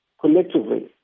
collectively